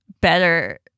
better